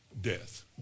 death